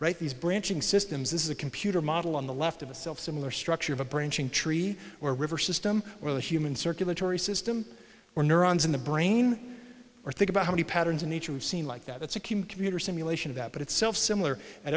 right these branching systems this is a computer model on the left of a self similar structure of a branching tree or a river system or the human circulatory system or neurons in the brain or think about how many patterns in nature we've seen like that it's a computer simulation of that but itself similar at